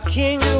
king